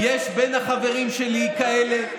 יש בין החברים שלי כאלה.